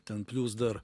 ten plius dar